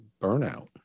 burnout